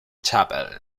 chapel